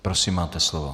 Prosím, máte slovo.